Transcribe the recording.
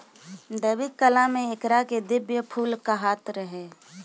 वैदिक काल में एकरा के दिव्य फूल कहात रहे